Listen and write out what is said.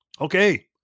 Okay